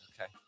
Okay